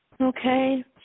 Okay